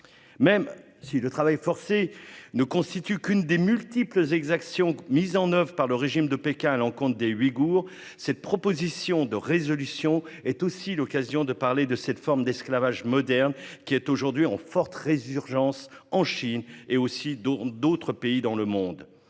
Même si le travail forcé ne constitue qu'une des multiples exactions mises en oeuvre par le régime de Pékin à l'encontre des Ouïghours, cette proposition de résolution est aussi l'occasion de parler de cette forme d'esclavage moderne qui est aujourd'hui en forte résurgence en Chine, mais aussi ailleurs dans le monde.